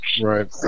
Right